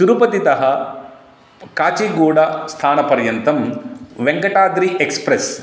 तिरुपतितः प् काचिगूडास्थानपर्यन्तं वेङ्कटाद्रि एक्स्प्रेस्